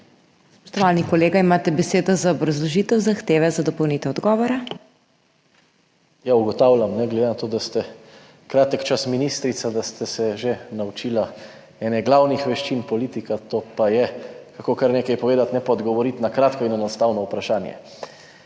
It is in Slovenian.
Spoštovani kolega, imate besedo za obrazložitev zahteve za dopolnitev odgovora. **ŽAN MAHNIČ (PS SDS):** Ugotavljam, da ste se ne glede na to, da ste kratek čas ministrica, že naučili eno glavnih veščin politika, to pa je, kako kar nekaj povedati, ne pa odgovoriti na kratko in enostavno vprašanje.